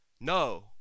No